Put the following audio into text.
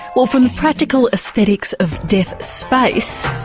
well from the practical aesthetics of deaf space